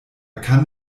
kann